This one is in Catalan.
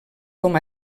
com